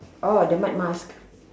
oh the mud mask